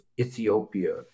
Ethiopia